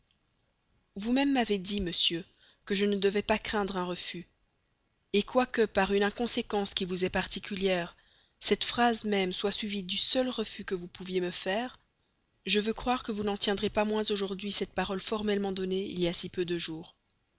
vous-même m'avez dit monsieur que je ne devais pas craindre un refus quoique par une inconséquence qui vous est particulière cette phrase même soit suivie du seul refus que vous pouviez me faire je veux croire que vous n'en tiendrez pas moins aujourd'hui cette parole formellement donnée il y a si peu de jours